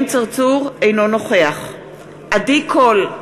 אינו נוכח עדי קול,